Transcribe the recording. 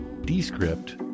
Descript